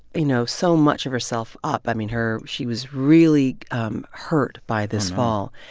you know, so much of herself up. i mean, her she was really um hurt by this fall.